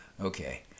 Okay